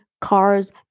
cars